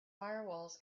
firewalls